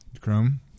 Chrome